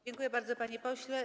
Dziękuję bardzo, panie pośle.